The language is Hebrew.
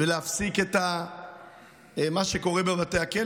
ולהפסיק את מה שקורה בבתי הכלא,